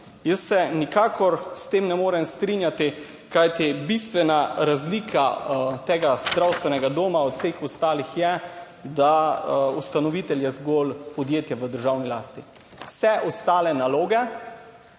Jaz se nikakor s tem ne morem strinjati, kajti bistvena razlika tega zdravstvenega doma od vseh ostalih je, da ustanovitelj je zgolj podjetje v državni lasti. Vse ostale naloge